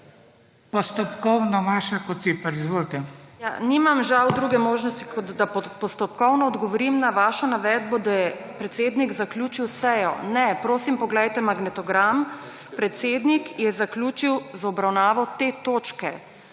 **MAŠA KOCIPER (PS SAB):** Ja, nimam, žal, druge možnosti kot da postopkovno odgovorim na vašo navedbo, da je predsednik zaključil sejo. Ne. Prosim, poglejte magnetogram. Predsednik je zaključil z obravnavo te točke.